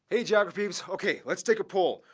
hey geograpeeps! okay, let's take a poll.